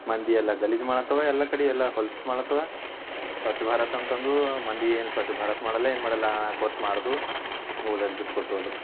ಮಂದಿ ಎಲ್ಲ ಗಲೀಜು ಮಾಡತ್ತಾವ ಎಲ್ಲ ಕಡಿ ಎಲ್ಲ ಹೊಲಸು ಮಾಡ್ಲತ್ತಾವ ಸ್ವಚ್ಛ ಭಾರತ ಅಂತಂದು ಮಂದಿ ಏನು ಸ್ವಚ್ಛ ಭಾರತ ಮಾಡಲ್ಲ ಏನ್ಮಾಡಲ್ಲ ನಾಲ್ಕು ವರ್ಷ ಮಾಡದು ಮುಗದ ಹೋಯ್ತು ಬಿಟ್ಕೊಟ್ವು ಅದಕ್ಕೆ